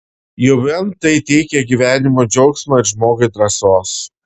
jau vien tai teikia gyvenimui džiaugsmo ir žmogui drąsos